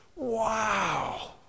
Wow